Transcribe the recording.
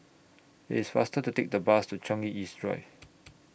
IT IS faster to Take The Bus to Changi East Drive